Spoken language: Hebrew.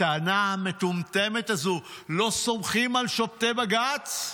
הטענה המטומטמת הזו, לא סומכים על שופטי בג"ץ?